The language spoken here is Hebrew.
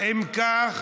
מיכאלי,